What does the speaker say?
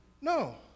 No